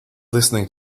listening